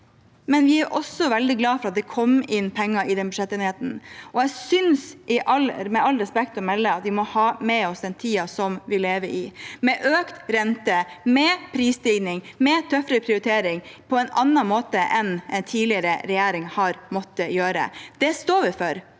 men vi er også veldig glad for at det kom penger i budsjettenigheten. Jeg synes med respekt å melde at vi må ha med oss den tiden vi lever i, med økt rente, med prisstigning, med tøffere prioritering, på en annen måte enn tidligere regjering har måttet gjøre. Det står vi for.